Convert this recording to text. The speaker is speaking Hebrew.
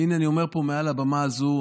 הינה אני אומר פה מעל הבמה הזו,